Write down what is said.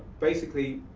basically,